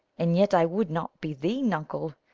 and yet i would not be thee, nuncle.